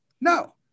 No